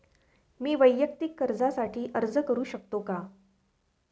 मी वैयक्तिक कर्जासाठी अर्ज करू शकतो का?